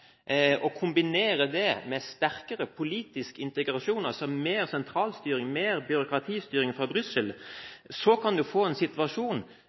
sterkere politisk integrasjon, altså mer sentralstyring og mer byråkratistyring fra Brussel, kan du få en situasjon